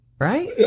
Right